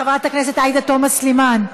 חברת הכנסת עאידה תומא סלימאן,